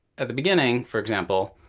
at the beginning, for example,